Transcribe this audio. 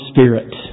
Spirit